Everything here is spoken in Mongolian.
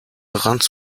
ганц